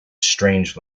strange